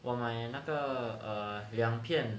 我买那个 err 两片